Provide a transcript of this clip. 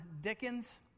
Dickens